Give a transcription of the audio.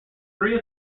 three